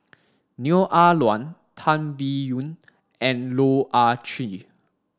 Neo Ah Luan Tan Biyun and Loh Ah Chee